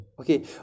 okay